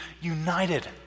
united